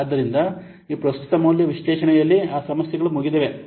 ಆದ್ದರಿಂದ ಈ ಪ್ರಸ್ತುತ ಮೌಲ್ಯ ವಿಶ್ಲೇಷಣೆಯಲ್ಲಿ ಆ ಸಮಸ್ಯೆಗಳು ಮುಗಿದಿವೆ